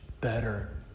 better